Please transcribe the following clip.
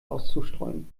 auszustreuen